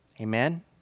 Amen